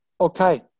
Okay